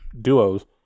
duos